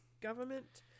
government